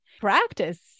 Practice